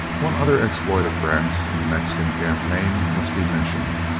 one other exploit of grant's in the mexican campaign must be mentioned,